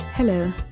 Hello